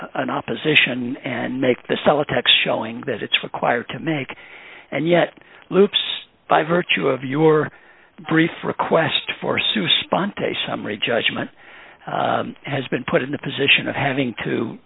an opposition and make the cell a text showing that it's required to make and yet loops by virtue of your brief request for sue sponte summary judgment has been put in the position of having to